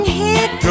hit